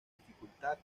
dificultad